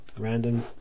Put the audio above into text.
random